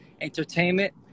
entertainment